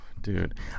Dude